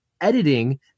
editing